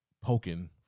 poking